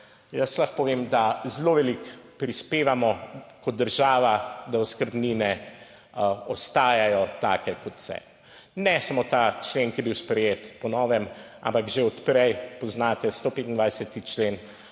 Jaz lahko povem, da zelo veliko prispevamo, kot država, da oskrbnine ostajajo take, kot so. Ne samo ta člen, ki je bil sprejet po novem, ampak že od prej poznate 125. člen